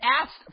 asked